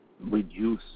reduce